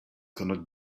cannot